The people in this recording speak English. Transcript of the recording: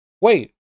Wait